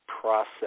process